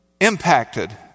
impacted